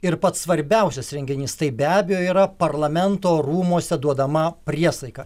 ir pats svarbiausias renginys tai be abejo yra parlamento rūmuose duodama priesaika